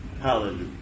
Hallelujah